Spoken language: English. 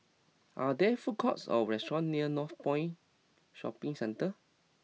are there food courts or restaurants near Northpoint Shopping Centre